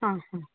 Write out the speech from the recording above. हां हां